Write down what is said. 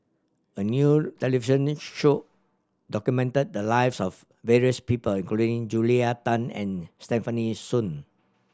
a new television show documented the lives of various people including Julia Tan and Stefanie Sun